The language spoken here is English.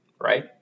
right